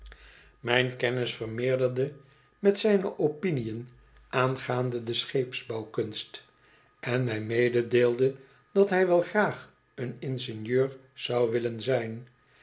mijn kennis vermeerderde met zijne opiniön aangaande de scheepsbouwkunst en mij meedeelde dat hij wol graag een ingenieur zou willen zijn